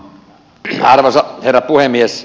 arvoisa herra puhemies